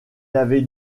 avait